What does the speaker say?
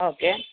okay